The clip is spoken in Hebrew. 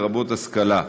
לרבות השכלה.